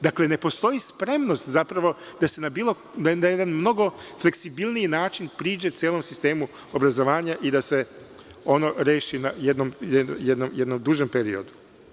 Dakle ne postoji spremnost da se na jedan mnogo fleksibilniji način priđe celom sistemu obrazovanja i da se ono reši na jedan duži period.